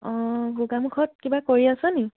অঁ গোগামুখত কিবা কৰি আছে নি